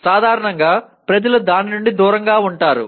సాధారణంగా ప్రజలు దాని నుండి దూరంగా ఉంటారు